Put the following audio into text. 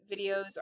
videos